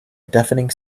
deafening